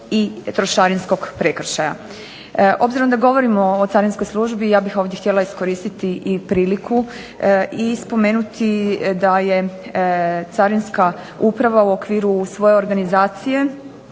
i trošarinskog prekršaja. Obzirom da govorimo o carinskoj službi ja bih ovdje htjela iskoristiti priliku i spomenuti da je Carinska uprava u okviru svoje organizacije